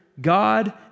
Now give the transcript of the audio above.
God